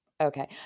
Okay